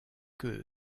que